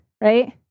right